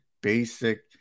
basic